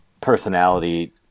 personality